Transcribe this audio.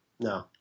No